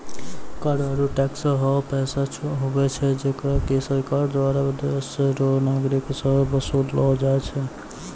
कर आरू टैक्स हौ पैसा हुवै छै जेकरा की सरकार दुआरा देस रो नागरिक सं बसूल लो जाय छै